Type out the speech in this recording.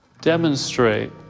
demonstrate